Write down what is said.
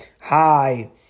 Hi